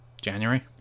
january